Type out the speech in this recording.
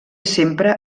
sempre